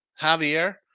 Javier